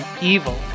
Evil